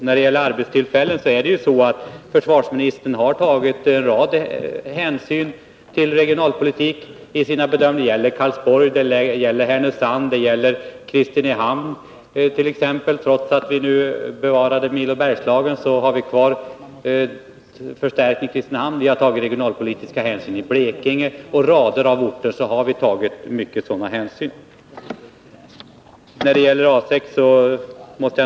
När det gäller arbetstillfällen har försvarsministern tagit en rad regionalpolitiska hänsyn i sina bedömningar. Det gäller Karlsborg, Härnösand, Kristinehamn. Trots att vi nu bevarar Milo Bergslagen har vi kvar en fördel, neutral i förhållande till såväl tillverkare som kund. Därför har förstärkning till Kristinehamn. Vi har tagit regionalpolitiska hänsyn i Blekinge och på en rad andra orter.